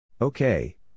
Okay